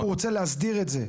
והוא רוצה להסדיר את זה?